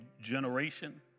generation